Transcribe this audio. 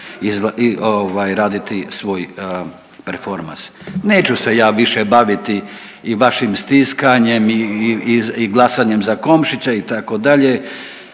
raditi svoj performans. Neću se ja više baviti i vašim stiskanjem i glasanjem za Komšića, itd.,